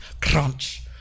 Crunch